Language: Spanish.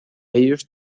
ellos